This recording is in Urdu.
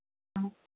ہاں